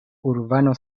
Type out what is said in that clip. urbano